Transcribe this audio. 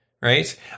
Right